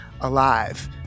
alive